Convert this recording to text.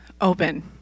open